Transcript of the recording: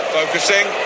focusing